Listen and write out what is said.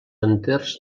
enters